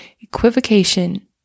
equivocation